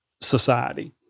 society